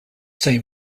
same